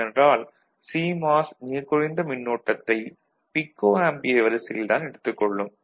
ஏனென்றால் சிமாஸ் மிக குறைந்த மின்னோட்டத்தை பிகோ ஆம்பியர் வரிசையில் தான் எடுத்துக் கொள்ளும்